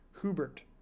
Hubert